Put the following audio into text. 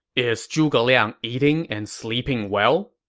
is zhuge liang eating and sleeping well?